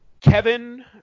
Kevin